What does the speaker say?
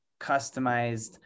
customized